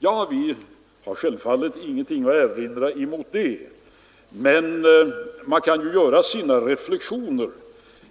Vi har självfallet ingenting att erinra mot detta, men man kan ju göra sina reflexioner.